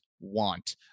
want